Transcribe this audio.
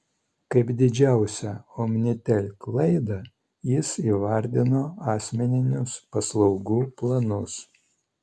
kaip didžiausią omnitel klaidą jis įvardino asmeninius paslaugų planus